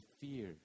fear